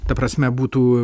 ta prasme būtų